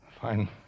fine